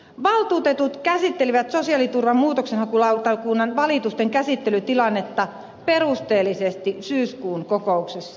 valtuutetut käsittelivät sosiaaliturvan muutoksenhakulautakunnan valitusten käsittelytilannetta perusteellisesti syyskuun kokouksessa